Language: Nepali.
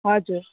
हजुर